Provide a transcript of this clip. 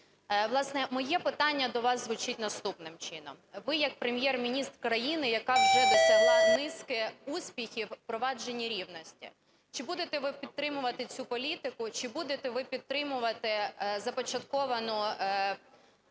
Власне, моє питання до вас звучить наступним чином. Ви як Прем'єр-міністр країни, яка вже досягла низки успіхів в провадженні рівності. Чи будите ви підтримувати цю політику? Чи будите ви підтримувати започатковану